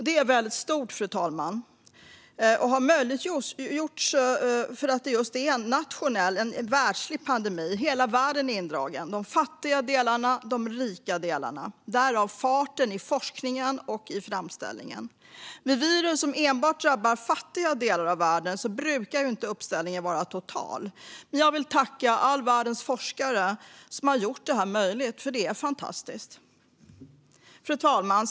Det är väldigt stort, fru talman, och har möjliggjorts för att det just är en pandemi som hela världen är indragen i, både de fattiga och de rika delarna. Därav farten i forskningen och i framställningen - vid virus som enbart drabbar fattiga delar av världen brukar inte uppställningen vara total. Jag vill tacka all världens forskare som har gjort det här möjligt, för det är fantastiskt. Fru talman!